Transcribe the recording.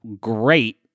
great